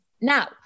Now